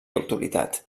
autoritat